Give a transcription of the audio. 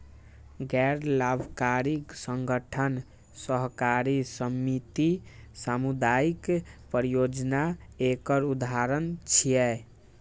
गैर लाभकारी संगठन, सहकारी समिति, सामुदायिक परियोजना एकर उदाहरण छियै